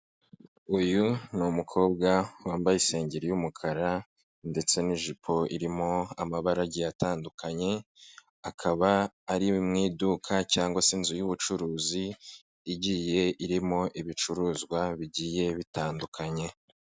Uyu ni umukobwa wambaye isengeri y'umukara ndetse n'ijipo irimo amabara agiye atandukanye, akaba ari mu iduka cyangwa se inzu y'ubucuruzi igiye irimo ibicuruzwa bigiye bitandukanye.